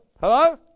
hello